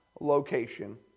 location